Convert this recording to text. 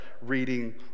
reading